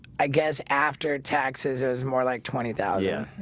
i guess after taxes is more like twenty thousand yeah,